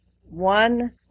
One